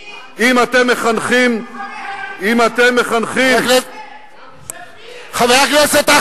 מי, את לוחמי הל"ה, אם אתם מחנכים, חבר הכנסת.